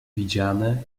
widziane